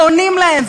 ועונים להם,